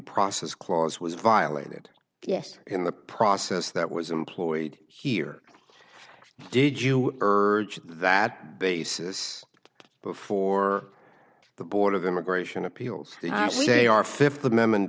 process clause was violated yes in the process that was employed here did you urge that basis before the board of immigration appeals say our fifth amendment